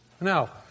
Now